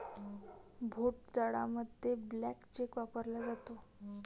भोट जाडामध्ये blank cheque वापरला जातो